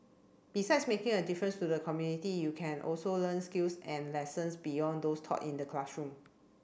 besides making a difference to the community you can also learn skills and lessons beyond those taught in the classroom